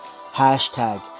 Hashtag